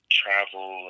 travel